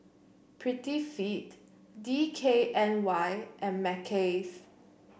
Prettyfit D K N Y and Mackays